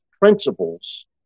principles